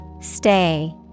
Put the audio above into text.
Stay